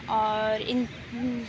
اور ان